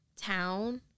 town